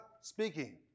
speaking